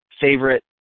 favorite